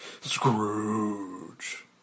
Scrooge